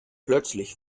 plötzlich